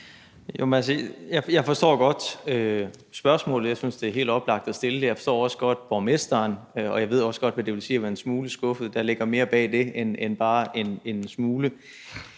Jeg forstår godt spørgsmålet, og jeg synes, det er helt oplagt at stille det. Jeg forstår også godt borgmesteren, og jeg ved også godt, hvad det vil sige at være en smule skuffet. Der ligger mere bag det end bare »en smule«.